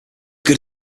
good